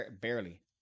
barely